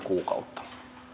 kuukautta